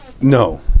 No